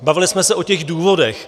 Bavili jsme se o těch důvodech.